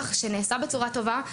שנעשה בצורה טובה,